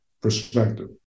perspective